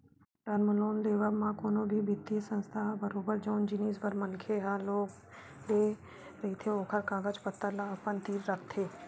term loan लेवब म कोनो भी बित्तीय संस्था ह बरोबर जउन जिनिस बर मनखे ह लोन ले रहिथे ओखर कागज पतर ल अपन तीर राखथे